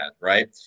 Right